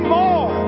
more